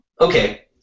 Okay